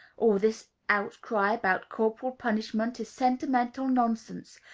all this outcry about corporal punishment is sentimental nonsense.